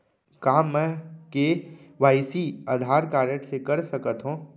का मैं KYC Aadhaar card से कर सकत हो?